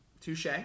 Touche